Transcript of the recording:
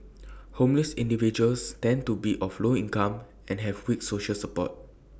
homeless individuals tend to be of low income and have weak social support